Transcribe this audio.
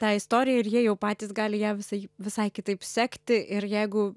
tą istoriją ir jie jau patys gali ją visai visai kitaip sekti ir jeigu